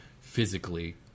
physically